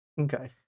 Okay